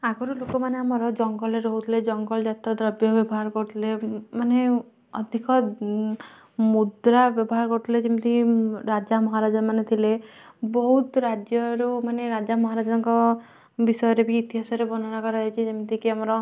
ଆଗୁରୁ ଲୋକମାନେ ଆମର ଜଙ୍ଗଲରେ ରହୁଥିଲେ ଜଙ୍ଗଲ ଯାତ ଦ୍ରବ୍ୟ ବ୍ୟବହାର କରୁଥିଲେ ମାନେ ଅଧିକ ମୁଦ୍ରା ବ୍ୟବହାର କରୁଥିଲେ ଯେମିତି ରାଜା ମହାରାଜା ମାନେ ଥିଲେ ବହୁତ ରାଜ୍ୟରୁ ମାନେ ରାଜା ମହାରାଜା ତାଙ୍କ ବିଷୟରେ ବି ଇତିହାସରେ ବର୍ଣ୍ଣନା କରାଯାଇଛି ଯେମିତିକି ଆମର